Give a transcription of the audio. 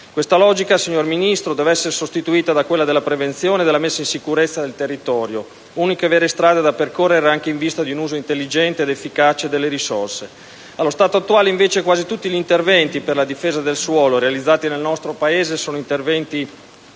Questa logica, signor Ministro, deve essere sostituita da quella della prevenzione e della messa in sicurezza del territorio, uniche vere strade da percorrere anche in vista di un uso intelligente ed efficace delle risorse. Allo stato attuale, invece, quasi tutti gli interventi per la difesa del suolo realizzati nel nostro Paese sono interventi